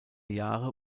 jahre